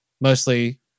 mostly